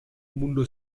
mundo